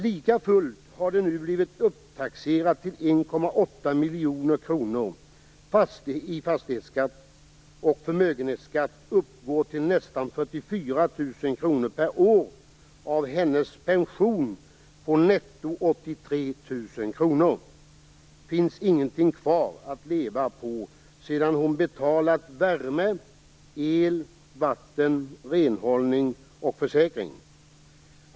Likafullt har det nu blivit upptaxerat till 1,8 miljoner kronor i taxeringsvärde och förmögenhetsskatten uppgår till nästan kr finns ingenting kvar att leva på sedan hon betalat värme, el, vatten, renhållning och försäkring.